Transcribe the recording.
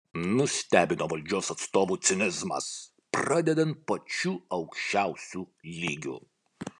nustebino valdžios atstovų cinizmas pradedant pačiu aukščiausiu lygiu